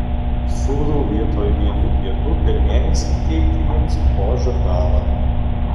siūlau vietoj vienų pietų per mėnesį įteikti jiems po žurnalą